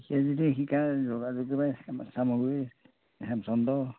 তুমি যদি শিকা যোগাযোগ কৰিবা চামগুৰিৰ হেমচন্দ্ৰ